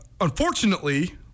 unfortunately